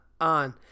on